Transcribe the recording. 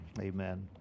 Amen